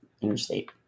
interstate